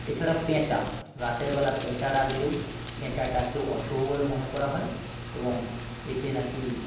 এছাড়া প্যাঁচা রাতেরবেলা প্যাঁচা ডাকলেও প্যাঁচার ডাককেও অশুভ বলে মনে করা হয় এবং এতে না কি